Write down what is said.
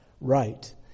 right